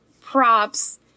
props